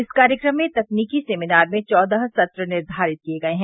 इस कार्यक्रम में तकनीकी सेमिनार में चौदह सत्र निर्घारित किये गये हैं